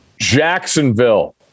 Jacksonville